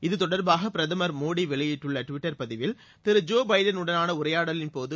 இது தொடர்பாக பிரதமர் வெளியிட்டுள்ள டுவிட்டர் பதிவில் திரு ஜோ பைடனுடனான உரையாடலின்போது